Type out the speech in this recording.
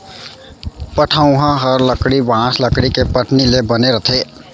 पटउहॉं हर लकड़ी, बॉंस, लकड़ी के पटनी ले बने रथे